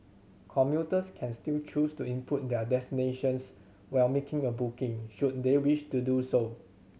commuters can still choose to input their destinations while making a booking should they wish to do so